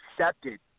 accepted